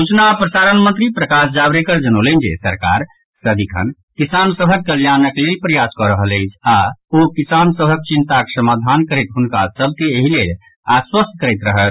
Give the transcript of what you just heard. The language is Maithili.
सूचना आ प्रसारण मंत्री प्रकाश जावड़ेकर जनौलनि जे सरकार सदिखन किसान सभक कल्याणक लेल प्रयास कऽ रहल अछि आओर ओ किसान सभक चिंताक समाधान करैत हुनका सभ के एहि लेल आश्वस्त करैत रहत